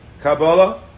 Kabbalah